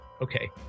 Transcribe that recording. Okay